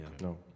no